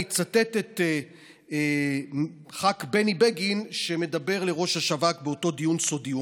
אני אצטט את חבר הכנסת בני בגין שמדבר אל ראש השב"כ באותו דיון סודי.